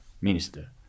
minister